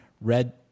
red